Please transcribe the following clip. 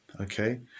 okay